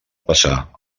passar